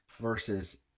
versus